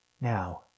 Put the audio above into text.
Now